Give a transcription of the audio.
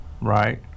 right